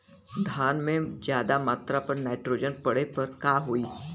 धान में ज्यादा मात्रा पर नाइट्रोजन पड़े पर का होई?